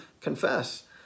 confess